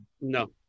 No